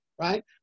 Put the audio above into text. right